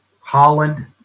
Holland